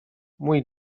mój